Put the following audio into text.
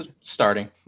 starting